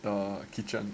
the kitchen